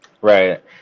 Right